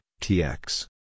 TX